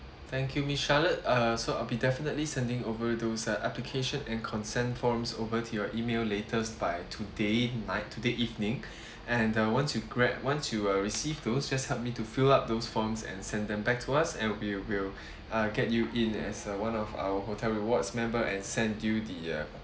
thank you miss charlotte uh so I'll be definitely sending over those uh application and consent forms over to your email latest by today night today evening and uh once you grab once you uh receive those just help me to fill up those forms and send them back to us and we will uh get you in as one of our hotel rewards member and send you the uh have